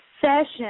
session